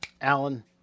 Alan